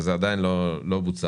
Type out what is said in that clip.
וזה עדיין לא בוצע,